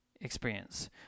experience